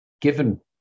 Given